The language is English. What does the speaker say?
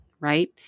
right